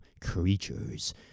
creatures